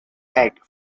egg